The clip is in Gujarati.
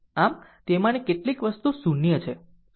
આમ તેમાંની કેટલીક વસ્તુ 0 છે